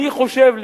אני חושב,